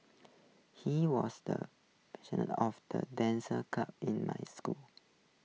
he was the of the dance club in my school